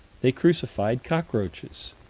they crucified cockroaches.